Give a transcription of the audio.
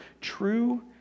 true